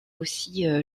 aussi